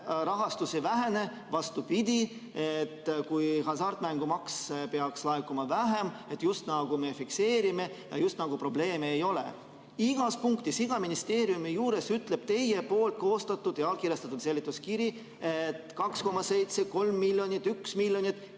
rahastus ei vähene, vastupidi, kui hasartmängumaksu peaks laekuma vähem, me just nagu fikseerime ja just nagu probleeme ei ole. Igas punktis, iga ministeeriumi juures ütleb teie koostatud ja allkirjastatud seletuskiri, et 2,7 või 3 miljonit või 1 miljon,